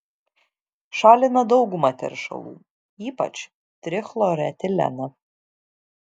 šalina daugumą teršalų ypač trichloretileną